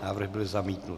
Návrh byl zamítnut.